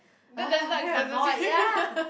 !ugh! very annoyed ya